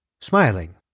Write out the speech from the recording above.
smiling